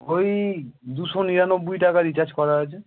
ওই দুশো নিরানব্বই টাকা রিচার্জ করা আছে